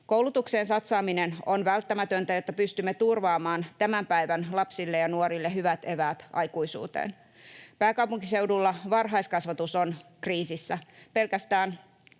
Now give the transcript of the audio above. Koulutukseen satsaaminen on välttämätöntä, jotta pystymme turvaamaan tämän päivän lapsille ja nuorille hyvät eväät aikuisuuteen. Pääkaupunkiseudulla varhaiskasvatus on kriisissä.